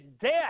death